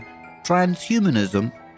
transhumanism